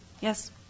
Yes